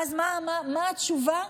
ואז, מה התשובה?